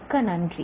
மிக்க நன்றி